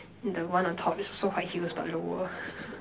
and the one on top is also white heels but lower